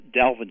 Dalvin